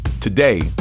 Today